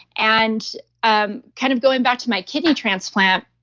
and um kind of going back to my kidney transplant,